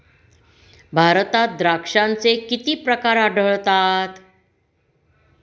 भारतात द्राक्षांचे किती प्रकार आढळतात?